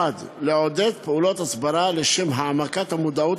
1. לעודד פעולות הסברה לשם העמקת המודעות